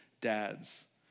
dads